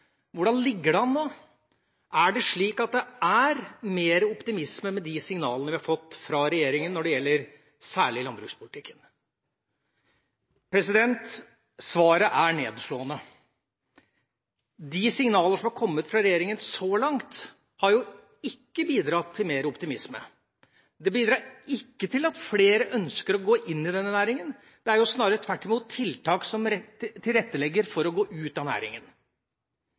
hvordan det ligger an nå. Er det slik at det er mer optimisme med de signalene vi har fått fra regjeringa når det gjelder særlig landbrukspolitikken? Svaret er nedslående. De signaler som er kommet fra regjeringa så langt, har ikke bidratt til mer optimisme. De bidrar ikke til at flere ønsker å gå inn i denne næringa – det er snarere tvert imot tiltak som tilrettelegger for å gå ut av